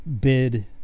bid